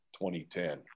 2010